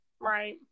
Right